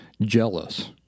jealous